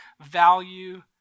value